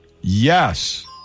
Yes